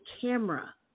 camera